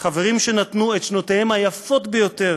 חברים שנתנו את שנותיהם היפות ביותר